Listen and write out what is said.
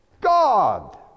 God